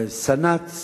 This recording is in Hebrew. סנ"צ